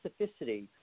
specificity